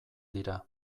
dira